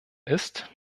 ist